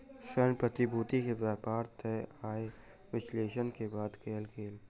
ऋण प्रतिभूति के व्यापार तय आय विश्लेषण के बाद कयल गेल